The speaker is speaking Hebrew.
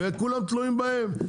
וכולם תלויים בהם,